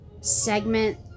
segment